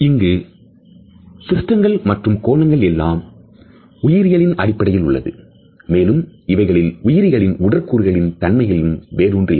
இங்கு சிஸ்டங்கள் மற்றும் கோணங்கள் எல்லாம் உயிரியலின் அடிப்படையில் உள்ளது மேலும் இவைகளில் உயிரிகளின் உடற்கூறுகளின் தன்மையிலும் வேரூன்றி இருக்கும்